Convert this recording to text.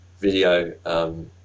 video